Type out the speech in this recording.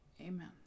amen